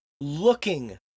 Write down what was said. looking